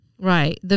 Right